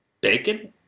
bacon